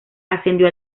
ascendió